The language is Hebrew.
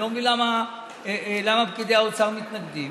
אני לא מבין למה פקידי האוצר מתנגדים.